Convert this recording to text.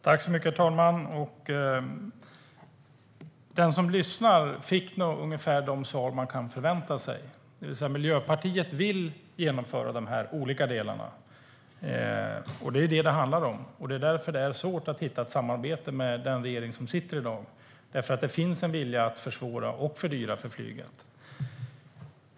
Herr talman! Den som lyssnade fick nog ungefär de svar man kan förvänta sig, det vill säga att Miljöpartiet vill genomföra de här olika delarna. Det är vad det handlar om, och det är därför det är svårt att hitta ett samarbete med den regering som sitter i dag - det finns en vilja att försvåra och fördyra för flyget.